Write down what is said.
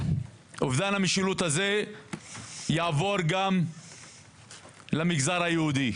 אובדן המשילות הזה יעבור גם למגזר היהודי.